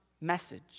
message